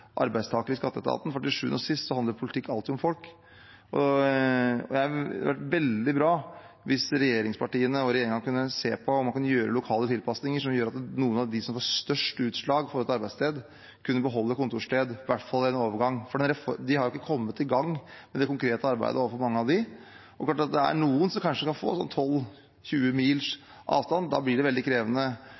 folk, og det hadde vært veldig bra hvis regjeringspartiene og regjeringen kunne se på om man kan gjøre lokale tilpasninger som gjør at noen av dem som dette får størst utslag for når det gjelder arbeidssted, kunne beholde kontorsted, i hvert fall i en overgang. Man har ikke kommet i gang med det konkrete arbeidet når det gjelder mange av dem, og det er noen som kanskje kan få 12–20 mils avstand, og da blir det veldig krevende.